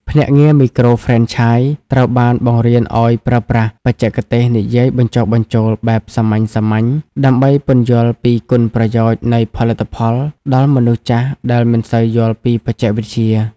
ភ្នាក់ងារមីក្រូហ្វ្រេនឆាយត្រូវបានបង្រៀនឱ្យប្រើប្រាស់ "បច្ចេកទេសនិយាយបញ្ចុះបញ្ចូល" បែបខ្មែរសាមញ្ញៗ ដើម្បីពន្យល់ពីគុណប្រយោជន៍នៃផលិតផលដល់មនុស្សចាស់ដែលមិនសូវយល់ពីបច្ចេកវិទ្យា។